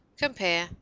Compare